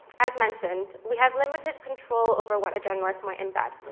as mentioned, we have limited control over what a journalist might embed.